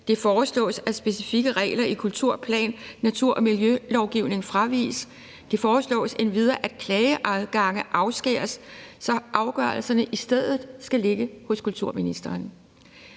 Det foreslås, at specifikke regler i kultur-, plan-, natur- og miljølovgivning fraviges. Det foreslås endvidere, at klageadgange afskæres, så afgørelserne i stedet skal ligge hos kulturministeren.